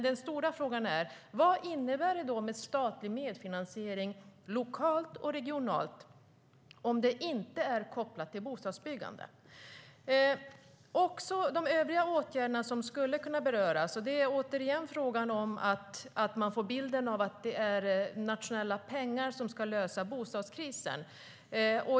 Den stora frågan är dock vad det innebär med statlig medfinansiering lokalt och regionalt om det inte är kopplat till bostadsbyggande. När det gäller de övriga åtgärder som skulle kunna beröras får man återigen bilden av att det är nationella pengar som ska lösa bostadskrisen.